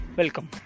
welcome